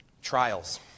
Trials